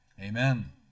Amen